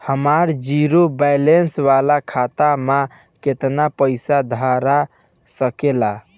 हमार zero balance वाला खतवा म केतना पईसा धरा सकेला?